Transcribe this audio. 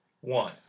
one